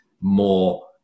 more